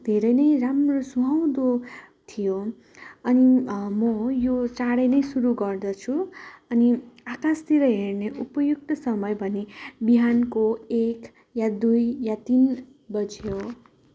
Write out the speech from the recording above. धेरै नै राम्रो सुहाउँदो थियो अनि म यो चाँडै नै सुरु गर्दछु अनि आकाशतिर हेर्ने उपयुक्त समय भने बिहानको एक या दुई या तिन बजी हो